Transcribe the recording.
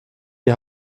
die